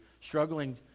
struggling